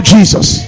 Jesus